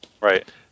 Right